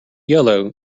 yellow